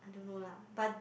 I don't know lah but